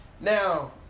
Now